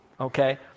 okay